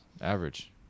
average